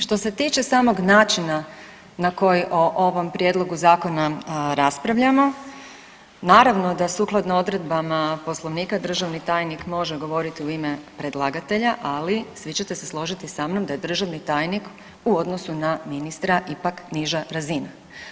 Što se tiče samog načina na koji o ovom prijedlogu zakona raspravljamo naravno da sukladno odredbama Poslovnika državni tajnik može govoriti u ime predlagatelja, ali svi ćete se složiti sa mnom da je državni tajnik u odnosu na ministra ipak niža razina.